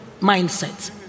mindset